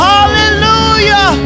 Hallelujah